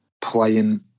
playing